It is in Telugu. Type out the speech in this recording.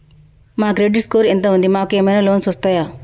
మా క్రెడిట్ స్కోర్ ఎంత ఉంది? మాకు ఏమైనా లోన్స్ వస్తయా?